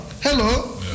Hello